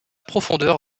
profondeur